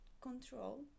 control